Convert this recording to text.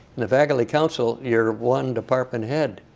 in the faculty council, you're one department head